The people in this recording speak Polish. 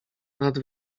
nad